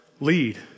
lead